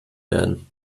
werden